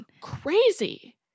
crazy